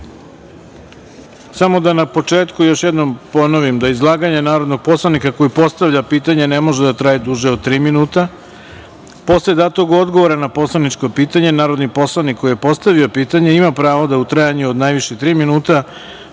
samo da još jednom ponovim - Izlaganje narodnog poslanika koji postavlja pitanje ne može da traje duže od tri minuta. Posle datog odgovora na poslaničko pitanje narodni poslanik koji je postavio pitanje ima pravo da u trajanju od najviše tri minuta